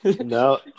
No